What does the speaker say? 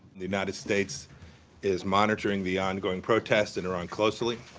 the united states is monitoring the ongoing protests in iran closely.